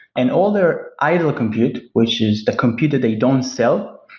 and all their idle compute, which is the compute that they don't sell,